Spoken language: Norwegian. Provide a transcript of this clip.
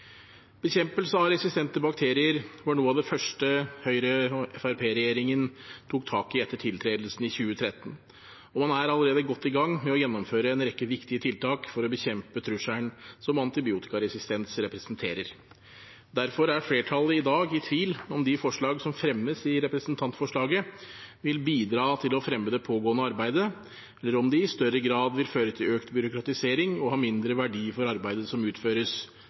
Bekjempelse av resistente bakterier var noe av det første Høyre–Fremskrittsparti-regjeringen tok tak i etter tiltredelsen i 2013, og man er allerede godt i gang med å gjennomføre en rekke viktige tiltak for å bekjempe trusselen som antibiotikaresistens representerer. Derfor er flertallet i dag i tvil om de forslag som fremmes i representantforslaget, vil bidra til å fremme det pågående arbeidet eller om de i større grad vil føre til økt byråkratisering og ha mindre verdi for arbeidet som utføres